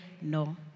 no